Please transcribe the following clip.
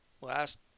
last